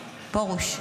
פרוש.